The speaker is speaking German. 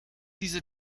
diese